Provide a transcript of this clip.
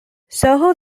soho